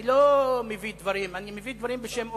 אני מביא דברים בשם אומרם.